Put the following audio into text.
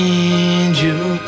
angel